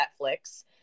Netflix